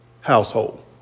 household